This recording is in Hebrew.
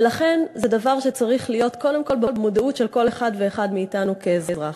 ולכן זה דבר שצריך להיות קודם כול במודעות של כל אחד ואחד מאתנו כאזרח.